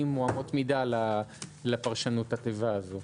או אמות מידה לפרשנות התיבה הזאת.